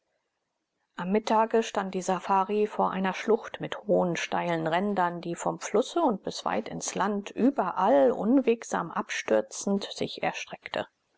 am mittage stand die safari vor einer schlucht mit hohen steilen rändern die vom flusse und bis weit ins land überall unwegsam abstürzend sich erstreckte